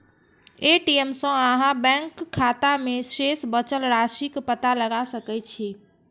ATM सं अहां bank खाता मे शेष बचल राशिक पता लगा सकै छी